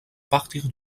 partir